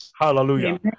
Hallelujah